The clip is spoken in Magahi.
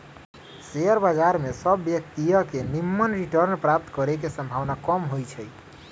शेयर बजार में सभ व्यक्तिय के निम्मन रिटर्न प्राप्त करे के संभावना कम होइ छइ